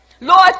Lord